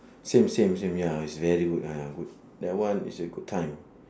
same same same ya is very good ah ya good that one is a good time